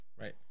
Right